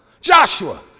Joshua